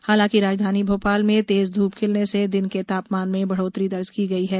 हालांकि राजधानी भोपाल में तेज ध्र्प खिलने से दिन के तापमान में बढ़ोत्तरी दर्ज की गई है